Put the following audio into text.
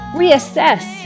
reassess